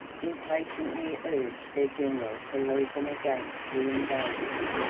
impatiently urged their general to lead them against the invaders.